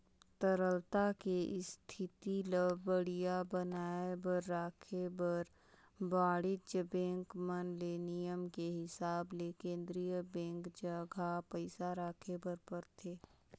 तरलता के इस्थिति ल बड़िहा बनाये बर राखे बर वाणिज्य बेंक मन ले नियम के हिसाब ले केन्द्रीय बेंक जघा पइसा राखे बर परथे